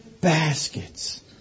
baskets